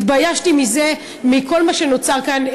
התביישתי מכל מה שנוצר כאן.